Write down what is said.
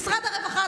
משרד הרווחה,